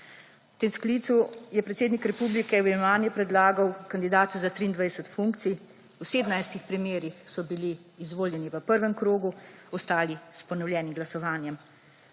V tem sklicu je predsednik republike v imenovanje predlagal kandidate za 23 funkcij. V 17 primerih so bili izvoljeni v prvem krogu, ostali s ponovljenim glasovanjem.